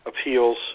appeals